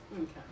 Okay